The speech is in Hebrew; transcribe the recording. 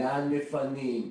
לאן מפנים,